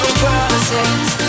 promises